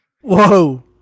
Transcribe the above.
Whoa